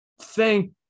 thank